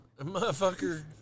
Motherfucker